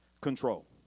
control